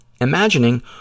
imagining